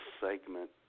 segment